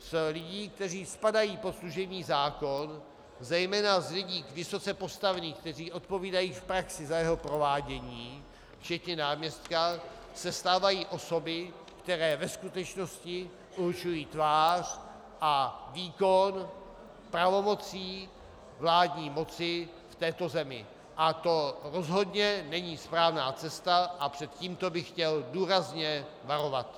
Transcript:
Z lidí, kteří spadají pod služební zákon, zejména z lidí vysoce postavených, kteří odpovídají v praxi za jeho provádění, včetně náměstka, se stávají osoby, které ve skutečnosti určují tvář a výkon pravomocí vládní moci v této zemi, a to rozhodně není správná cesta a před tímto bych chtěl důrazně varovat.